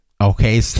Okay